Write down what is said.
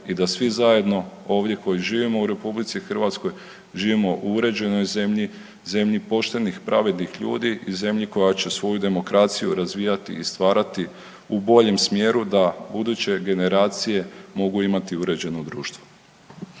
i da svi zajedno ovdje koji živimo u RH živimo u uređenoj zemlji, zemlji poštenih i pravednih ljudi i zemlji koja će svoju demokraciju razvijati i stvarati u boljem smjeru da buduće generacije mogu imati uređeno društvo.